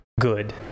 good